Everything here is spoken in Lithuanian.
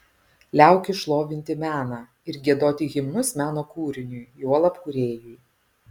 liaukis šlovinti meną ir giedoti himnus meno kūriniui juolab kūrėjui